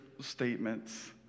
statements